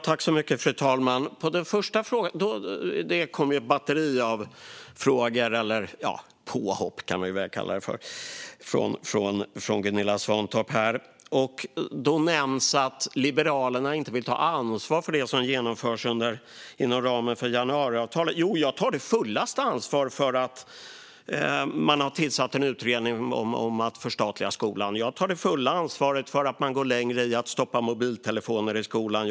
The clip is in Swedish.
Fru talman! Det kom ett batteri av frågor, eller vi kan väl snarare kalla det påhopp, från Gunilla Svantorp. Det nämns att Liberalerna inte vill ta ansvar för det som genomförts inom ramen för januariavtalet. Jag tar fullt ansvar för att man har tillsatt en utredning om att förstatliga skolan. Jag tar fullt ansvar för att man går längre när det gäller att stoppa mobiltelefoner i skolan.